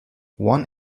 one